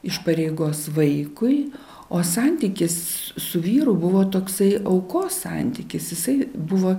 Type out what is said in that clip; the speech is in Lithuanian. iš pareigos vaikui o santykis su vyru buvo toksai aukos santykis jisai buvo